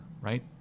Right